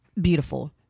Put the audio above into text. beautiful